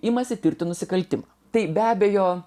imasi tirti nusikaltimą tai be abejo